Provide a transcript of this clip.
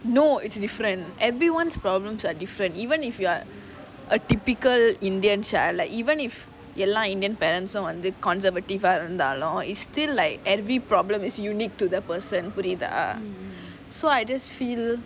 no it's different everyone's problems are different even if you are a typical indian child like even if எல்லா:ellaa indian parents வந்து:vanthu conservative eh இருந்தாலும்:irunthaalum it's still like every problem is unique to the person புரியுதா:puriyuthaa so I just feel